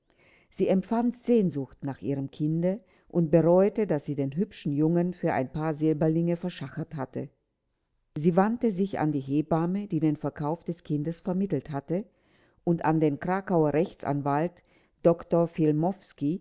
sie empfand sehnsucht nach ihrem kinde und bereute daß sie den hübschen jungen für ein paar silberlinge verschachert hatte sie wandte sich an die hebamme die den verkauf des kindes vermittelt hatte und an den krakauer rechtsanwalt dr